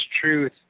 truth